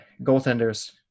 goaltenders